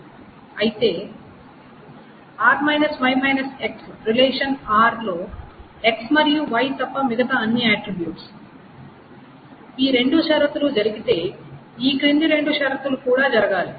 అయితే R Y X relation R లో X మరియు Y తప్ప మిగతా అన్ని ఆట్రిబ్యూట్స్ ఈ రెండు షరతులు జరిగితే ఈ క్రింది రెండు షరతులు కూడా జరగాలి